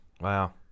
wow